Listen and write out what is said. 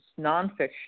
nonfiction